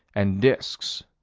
and disks.